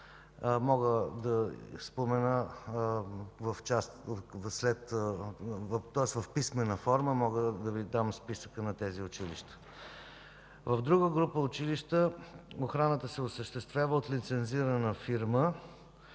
охрана. Мога в писмена форма да Ви дам списъка на тези училища. В друга група училища охраната се осъществява от лицензирана фирма,